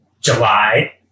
July